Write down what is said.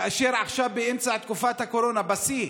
כאשר עכשיו, באמצע תקופת הקורונה, בשיא,